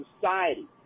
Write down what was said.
society